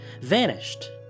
vanished